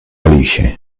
alice